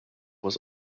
was